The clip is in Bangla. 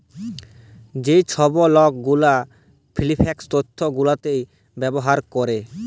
যে ছব লক গুলা ফিল্যাল্স তথ্য গুলাতে ব্যবছা ক্যরে